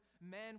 men